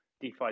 DeFi